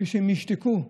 כשהם ישתקו,